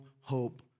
hope